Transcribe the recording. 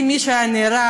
אם מישהו היה נהרג,